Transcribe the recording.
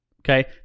okay